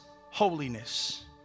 holiness